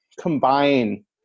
combine